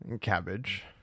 Cabbage